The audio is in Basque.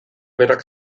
berak